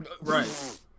Right